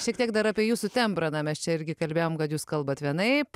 šiek tiek dar apie jūsų tembrą na mes čia irgi kalbėjom kad jūs kalbat vienaip